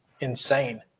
Insane